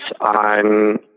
on